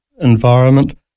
environment